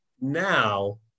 Now